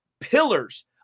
pillars